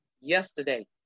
Yesterday